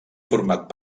format